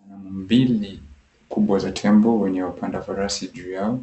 Sanamu mbili kubwa za tembo wenye wapanda farasi juu yao